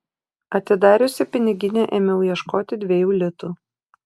atidariusi piniginę ėmiau ieškoti dviejų litų